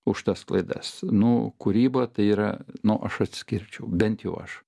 už tas klaidas nu kūryba tai yra nu aš atskirčiau bent jau aš